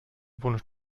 wunsch